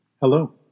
Hello